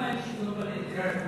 למה אין שוויון בנטל?